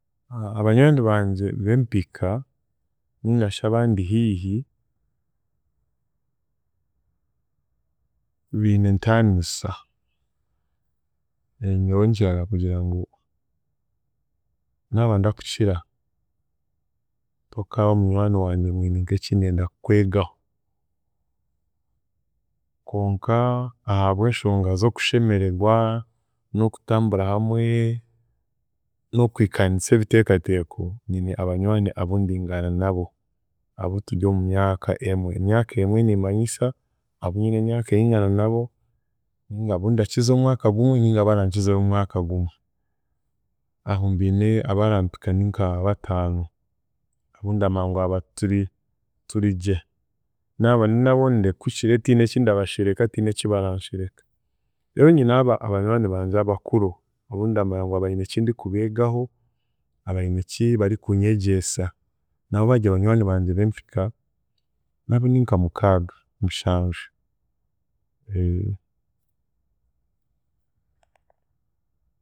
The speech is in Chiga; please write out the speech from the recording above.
Abanywani bangye b'empika ningashi abandi hihi biine entaaniisa, nyowe nkiraga kugira ngu naaba ndakukira, tokaaba munywani wangye ngu hiine nk'eki ndenda kukwegaho konka ahabw'eshonga z'okushemeregwa n'okutambura hamwe n'okuhikanisa ebitekateko, nyine abanywani abundingana nabo, abuturyo omu myaka emwe, emyaka emwe niimanyisa abuunyine emyaka ndingana nabo ninga abundakiza omwaka gumwe ninga barankizayo omwaka gumwe abo mbiine abarampika ninka bataano abundamanya ngu abo tu- turigye naaba ndinabo ndekukire tihine eki ndabashereka tihiine eki baranshereka, reero nyineho aba- abanywani bangye abakuru abundamanya ngu aba hiine ekindikubeegaho, aba hiine eki barikunyegyesa, nabo bari banywani bangye b'empika nabo ninka mukaaga mushanju.